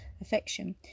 affection